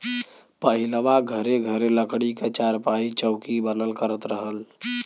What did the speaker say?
पहिलवां घरे घरे लकड़ी क चारपाई, चौकी बनल करत रहल